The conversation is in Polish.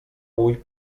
mój